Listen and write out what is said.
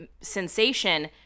sensation